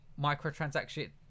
microtransaction